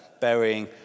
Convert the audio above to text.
burying